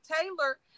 Taylor